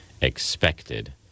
expected